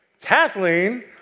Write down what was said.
Kathleen